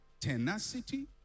tenacity